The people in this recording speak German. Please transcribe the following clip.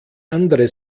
andere